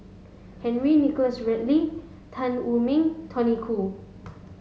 Henry Nicholas Ridley Tan Wu Meng Tony Khoo